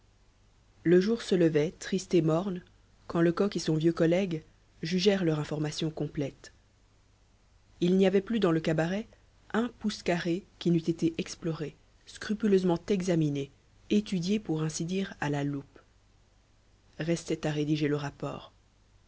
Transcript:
le jour se levait triste et morne quand lecoq et son vieux collègue jugèrent leur information complète il n'y avait plus dans le cabaret un pouce carré qui n'eût été exploré scrupuleusement examiné étudié pour ainsi dire à la loupe restait à rédiger le rapport